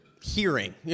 hearing